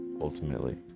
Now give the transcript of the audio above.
Ultimately